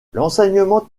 l’enseignement